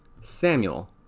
Samuel